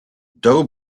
doe